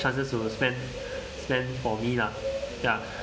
chances to spend spend for me lah ya